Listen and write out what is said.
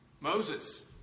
Moses